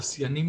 נסיינים,